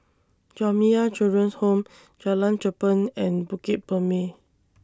Jamiyah Children's Home Jalan Cherpen and Bukit Purmei